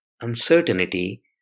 uncertainty